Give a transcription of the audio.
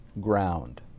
ground